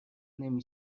نمی